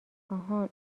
آهان